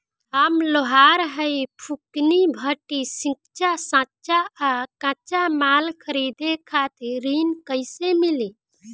हम लोहार हईं फूंकनी भट्ठी सिंकचा सांचा आ कच्चा माल खरीदे खातिर ऋण कइसे मिली?